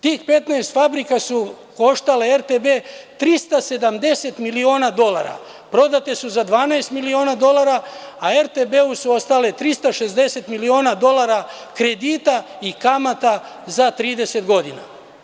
Tih 15 fabrika su koštale RTB 370.000.000 dolara, prodate su za 12.000.000 a RTB-u je ostalo 360.000.000 dolara kredita i kamata za 30 godina.